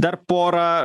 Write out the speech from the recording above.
dar porą